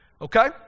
Okay